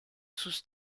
sus